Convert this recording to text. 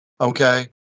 Okay